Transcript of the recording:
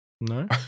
No